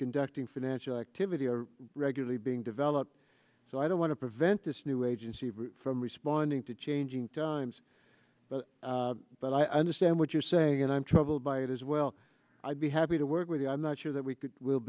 conducting financial activity are regularly being developed so i don't want to prevent this new agency from responding to changing times but i understand what you're saying and i'm troubled by it as well i'd be happy to work with you i'm not sure that we could will